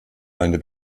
eine